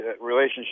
relationship